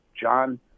John